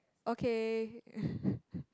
okay